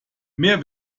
mehr